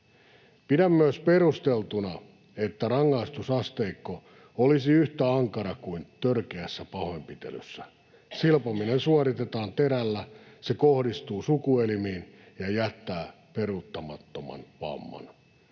Pidän myös perusteltuna, että rangaistusasteikko olisi yhtä ankara kuin törkeässä pahoinpitelyssä. Silpominen suoritetaan terällä, se kohdistuu sukuelimiin ja jättää peruuttamattoman vamman.